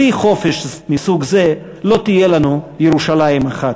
בלי חופש מסוג זה לא תהיה לנו ירושלים אחת.